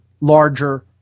larger